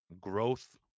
growth